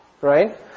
Right